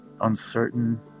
uncertain